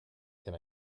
can